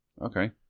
Okay